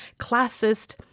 classist